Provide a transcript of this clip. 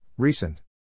Recent